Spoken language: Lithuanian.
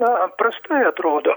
na prastai atrodo